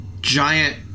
Giant